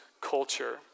culture